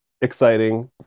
exciting